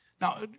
Now